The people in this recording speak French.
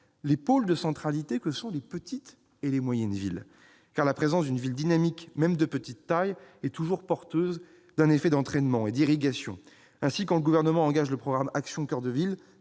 les pôles de centralité que sont les petites et les moyennes villes. La présence d'une ville dynamique, même de petite taille, est en effet toujours porteuse d'un effet d'entraînement et d'irrigation. Ainsi, quand le Gouvernement engage le programme « Action coeur de ville